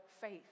faith